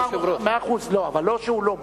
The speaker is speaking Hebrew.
בסדר גמור, אבל זה לא שהוא לא בא.